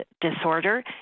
disorder